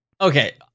okay